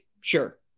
sure